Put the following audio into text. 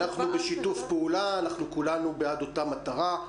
אנחנו בשיתוף פעולה, אנחנו כולנו בעד אותה מטרה,